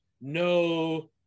no